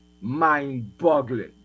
mind-boggling